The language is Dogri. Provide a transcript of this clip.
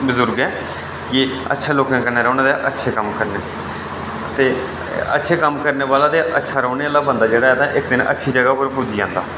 बजुर्गें गी अच्छे लोकें कन्नै रौह्ना ते अच्छे कम्म करने ते अच्छा करने आह्ला ते अच्छे कम्म करने आह्ला बंदा इक्क दिन अच्छी जगह पर पुज्जी जंदा ऐ